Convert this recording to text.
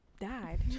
died